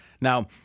Now